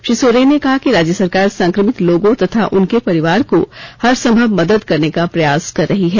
श्री सोरेन ने कहा कि राज्य सरकार संक्रमित लोगों तथा उनके परिवार को हर संभव मदद करने का प्रयास कर रही है